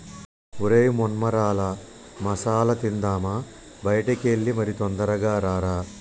ఒరై మొన్మరాల మసాల తిందామా బయటికి ఎల్లి మరి తొందరగా రారా